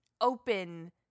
open